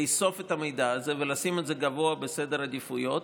לאסוף את המידע הזה ולשים את זה גבוה בסדר העדיפויות.